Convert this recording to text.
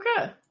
Okay